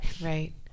Right